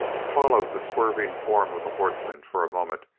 followed the swerving form of the horseman for a moment,